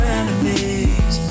enemies